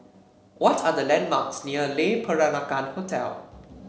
what are the landmarks near Le Peranakan Hotel